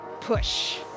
Push